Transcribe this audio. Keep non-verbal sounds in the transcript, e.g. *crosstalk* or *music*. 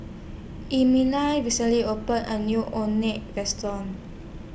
*unintelligible* recently opened A New Orh Nee Restaurant